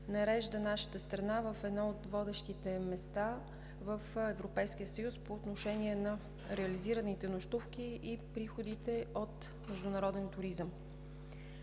нарежда нашата страна на едно от водещите места в Европейския съюз по отношение на реализираните нощувки и приходите от международен туризъм.